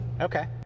Okay